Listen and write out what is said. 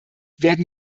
werden